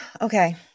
Okay